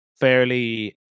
fairly